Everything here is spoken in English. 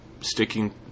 sticking